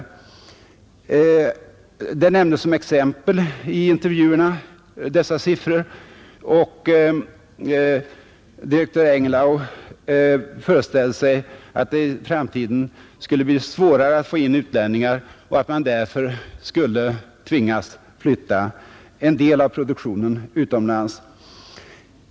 Dessa siffror nämndes som exempel i intervjuerna. Direktör Engellau föreställde sig att det i framtiden skulle bli svårare att få in utlänningar och att man därför skulle tvingas att flytta en del av produktionen utomlands.